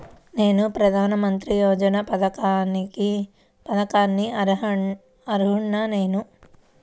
నేను ప్రధాని మంత్రి యోజన పథకానికి అర్హుడ నేన?